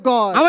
God